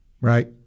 right –